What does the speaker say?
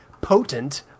potent